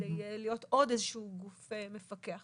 כדי להיות עוד איזשהו גוף מפקח.